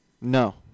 No